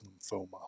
lymphoma